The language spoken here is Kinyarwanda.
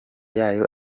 yayo